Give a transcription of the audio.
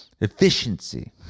Efficiency